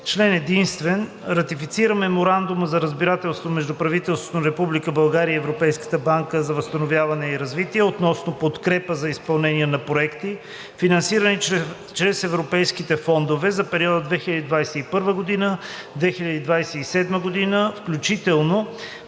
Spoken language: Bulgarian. Законопроект за ратифициране на Меморандума за разбирателство между Правителството на Република България и Европейската банка за възстановяване и развитие относно подкрепа за изпълнение на проекти, финансирани чрез Европейските фондове за периода 2021 – 2027 г., включително